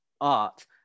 art